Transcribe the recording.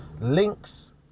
links